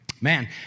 Man